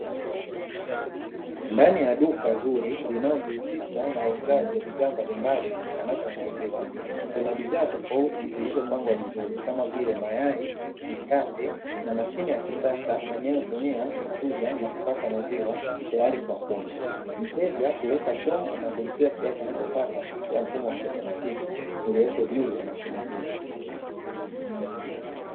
Ndani ya duka zuri linalojihusisha na uuzaji wa bidhaa mbalimbali zitokanazo na maziwa kuna bidhaa tofauti zilizopangwa vizuri kama vile mayai, mikate na mashine ya kisasa inayo tumia kuchuja na kupasha maziwa teyari kwa kunywa, mteja huweka chombo na kulipia kiasi anachotaka kupitia mfumo wa kiotomatiki iliyopo juu ya mashine hii.